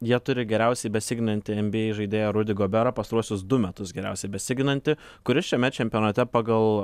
jie turi geriausiai besiginantį nba žaidėją rudį goberą pastaruosius du metus geriausiai besiginantį kuris šiame čempionate pagal